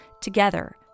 Together